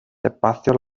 espacio